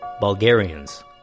Bulgarians